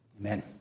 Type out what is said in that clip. Amen